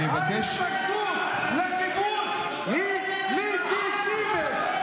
ההתנגדות לכיבוש היא לגיטימית,